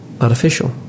artificial